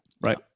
right